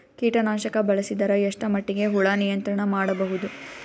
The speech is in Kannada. ಕೀಟನಾಶಕ ಬಳಸಿದರ ಎಷ್ಟ ಮಟ್ಟಿಗೆ ಹುಳ ನಿಯಂತ್ರಣ ಮಾಡಬಹುದು?